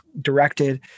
directed